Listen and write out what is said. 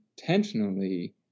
intentionally